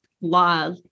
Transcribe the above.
law